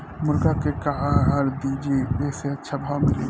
मुर्गा के का आहार दी जे से अच्छा भाव मिले?